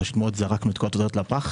פשוט מאוד זרקנו את כל התוצרת לפח.